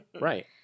right